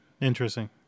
Interesting